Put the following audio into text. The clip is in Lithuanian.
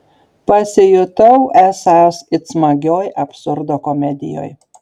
pasijutau esąs it smagioj absurdo komedijoj